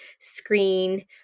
screen